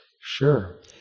Sure